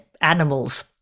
animals